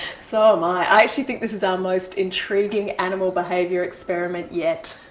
so am i. i actually think this is our most intriguing animal behaviour experiment yet.